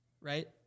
right